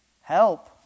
Help